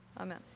Amen